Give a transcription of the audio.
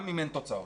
גם אם אין תוצאות.